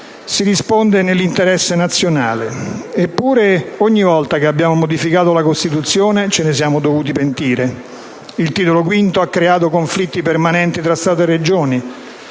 si risponde: nell'interesse nazionale. Eppure, ogni volta che abbiamo modificato la Costituzione ce ne siamo dovuti pentire: il Titolo V ha creato conflitti permanenti tra Stato e Regioni;